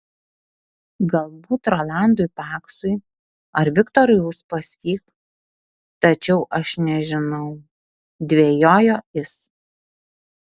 galbūt rolandui paksui ar viktorui uspaskich tačiau aš nežinau dvejojo jis